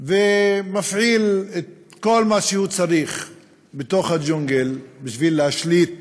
ומפעיל את כל מה שהוא צריך בתוך הג'ונגל כדי להשליט